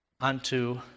unto